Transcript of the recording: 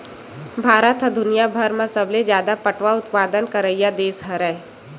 भारत ह दुनियाभर म सबले जादा पटवा उत्पादन करइया देस हरय